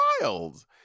wild